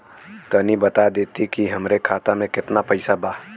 तनि बता देती की हमरे खाता में कितना पैसा बा?